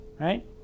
Right